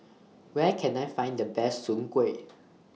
Where Can I Find The Best Soon Kuih